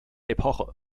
epoche